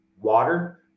water